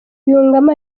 yungamo